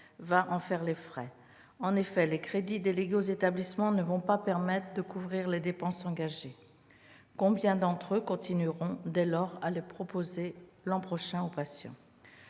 va en faire les frais. En effet, les crédits délégués aux établissements ne vont pas permettre de couvrir les dépenses engagées. Combien d'entre eux, dès lors, maintiendront cette offre aux patients